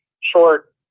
short